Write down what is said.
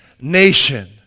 nation